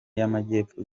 y’amajyepfo